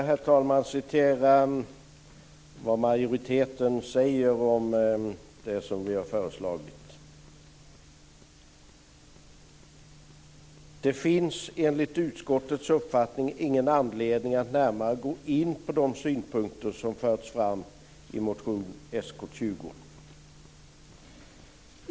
Herr talman! Låt mig återge vad majoriteten säger om det som vi föreslagit. Man säger: Det finns enligt utskottets uppfattning ingen anledning att närmare gå in på de synpunkter som förts fram i motion Sk20.